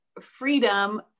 freedom